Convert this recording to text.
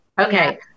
Okay